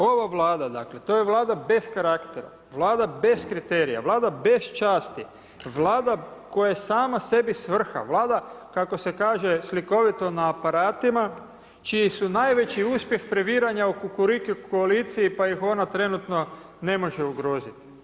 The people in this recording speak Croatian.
Ova Vlada, to je dakle bez karaktera, Vlada bez kriterija, Vlada bez časti, Vlada koja je sama sebi svrha, Vlada kako se kaže slikovito na aparatima čiji su najveći uspjeh previranja u kukuriku koaliciji pa ih ona trenutno ne može ugroziti.